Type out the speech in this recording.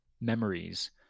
memories